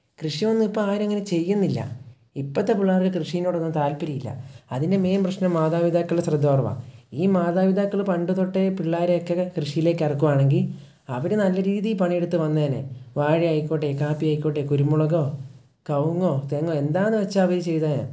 കൃഷിയൊന്നും ഇപ്പം ആരും അങ്ങനെ ചെയ്യുന്നില്ല ഇപ്പോഴത്തെ പിള്ളേര്ക്ക് കൃഷിയോടൊന്നും താല്പ്പര്യം ഇല്ല അതിൻ്റെ മെയിൻ പ്രശ്നം മാതാപിതാക്കളുടെ ശ്രദ്ധ കുറവാണ് ഈ മാതാപിതാക്കൾ പണ്ട് തൊട്ടേ പിള്ളേരൊക്കെ കൃഷിയിലേക്ക് ഇറക്കുവാണെങ്കിൽ അവർ നല്ല രീതിയിൽ പണിയെടുത്ത് വന്നേനെ വാഴ ആയിക്കോട്ടെ കാപ്പി ആയിക്കോട്ടെ കുരുമുളകോ കവുങ്ങോ തെങ്ങോ എന്താണെന്ന് വച്ചാൽ അവർ ചെയ്തു